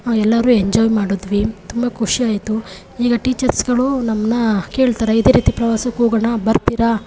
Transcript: ಎಲ್ಲರೂ ಎಂಜಾಯ್ ಮಾಡಿದ್ವಿ ತುಂಬ ಖುಷಿಯಾಯಿತು ಈಗ ಟೀಚರ್ಸ್ಗಳು ನಮ್ಮನ್ನ ಕೇಳ್ತಾರೆ ಇದೇ ರೀತಿ ಪ್ರವಾಸಕ್ಕೆ ಹೋಗೋಣ ಬರ್ತೀರಾ